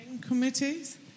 committees